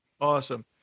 Awesome